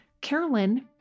Carolyn